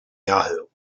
yahoo